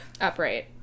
upright